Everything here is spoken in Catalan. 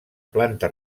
planta